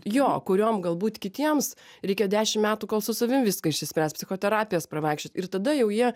jo kuriom galbūt kitiems reikia dešimt metų kol su savim viską išsispręs psichoterapijas pravaikščiot ir tada jau jie